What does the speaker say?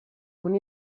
con